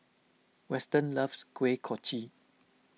Weston loves Kuih Kochi